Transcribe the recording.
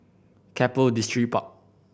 Keppel Distripark